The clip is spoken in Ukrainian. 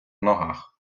ногах